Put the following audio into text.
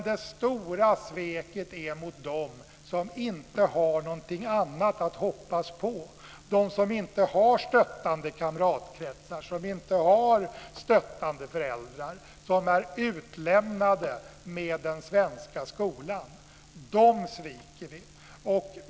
Det stora sveket är mot dem som inte har något annat att hoppas på, de som inte har stöttande kamratkretsar, som inte har stöttande föräldrar, som är utlämnade med den svenska skolan. Dem sviker vi.